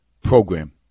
program